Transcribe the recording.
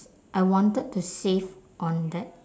I wanted to save on that